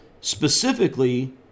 specifically